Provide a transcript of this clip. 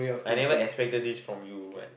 I never expected this from you like